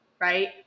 right